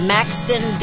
Maxton